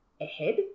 ahead